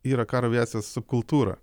yra karo aviacijos subkultūra